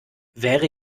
wäre